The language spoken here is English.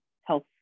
health